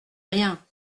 rien